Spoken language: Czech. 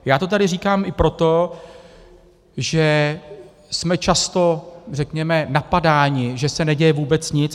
Já to tady říkám i proto, že jsme často, řekněme, napadáni, že se neděje vůbec nic.